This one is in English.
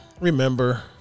Remember